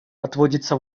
отводится